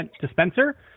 dispenser